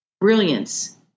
brilliance